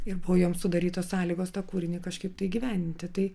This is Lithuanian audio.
ir buvo jom sudarytos sąlygos tą kūrinį kažkaip tai įgyvendinti tai